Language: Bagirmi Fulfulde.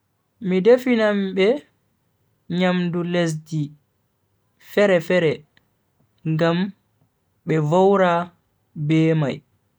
Mi definan be nyamdu lesdi fere-fere ngam be vowra be mai.